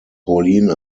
pauline